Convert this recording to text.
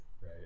right